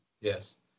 Yes